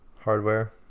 Hardware